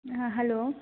ಹಾಂ ಹಲೋ